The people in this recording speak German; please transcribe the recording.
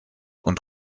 und